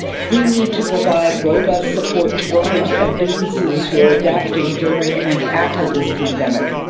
we need to provide robust support to workers and businesses who are adapting during and after this pandemic.